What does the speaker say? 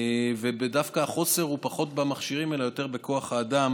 דווקא החוסר הוא פחות במכשירים אלא יותר בכוח האדם